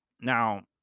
now